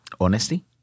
honesty